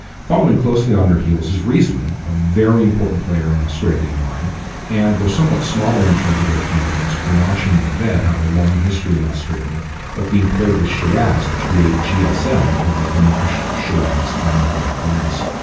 following closely on their heels is riesling, a very important player in australian wine and, though somewhat smaller in terms of their plantings, grenache and mourvedre have a long history in australia of being paired with shiraz to create gsm, or grenache, shiraz and mourvedre, blends.